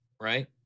right